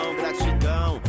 gratidão